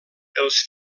els